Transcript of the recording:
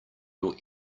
your